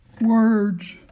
words